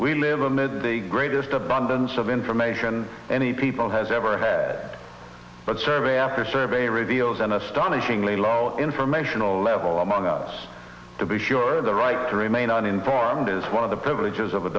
we live amid the greatest abundance of information any people has ever had but survey after survey reveals an astonishingly low informational level among us to be sure the right to remain uninformed is one of the privileges of a